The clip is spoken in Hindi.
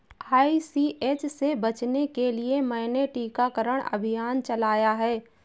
आई.सी.एच से बचने के लिए मैंने टीकाकरण अभियान चलाया है